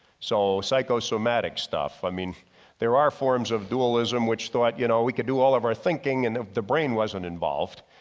so psychosomatic stuff. i mean there are forms of dualism which thought you know, we could do all of our thinking and if the brain wasn't involved,